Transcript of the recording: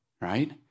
right